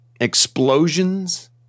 explosions